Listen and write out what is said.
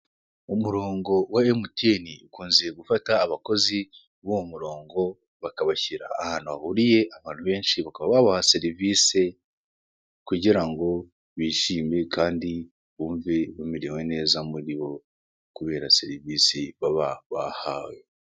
Umurongo wa emutiyeni ukunze gufata abakozi b'uwo murongo bakabashyira ahantu hahuriye abantu benshi bakaba babaha serivise kugira ngo bishime kandi bumve bamerewe neza muri bo kubera serivise baba bahawe.